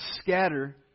scatter